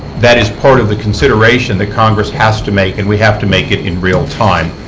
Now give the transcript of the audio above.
that is part of the consideration that congress has to make, and we have to make it in real time.